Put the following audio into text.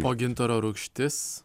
gintaro rūgštis